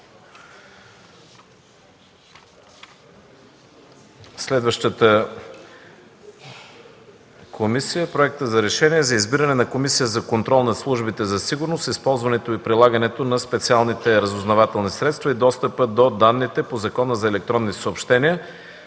Следващата комисия. „Проект РЕШЕНИЕ за избиране на Комисия за контрол над службите за сигурност, използването и прилагането на специалните разузнавателни средства и достъпа до данните по Закона за електронните съобщения.